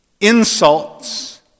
Insults